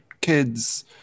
kids